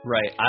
Right